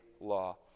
law